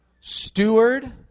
Steward